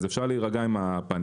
אז אפשר להירגע עם הפאניקה,